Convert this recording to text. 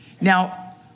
Now